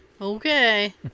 Okay